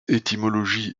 étymologie